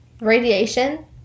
radiation